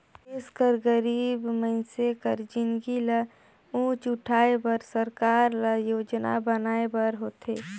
देस कर गरीब मइनसे कर जिनगी ल ऊंच उठाए बर सरकार ल योजना बनाए बर होथे